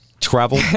travel